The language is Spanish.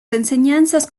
enseñanzas